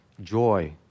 Joy